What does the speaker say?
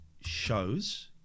shows